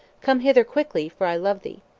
come hither quickly, for i love thee.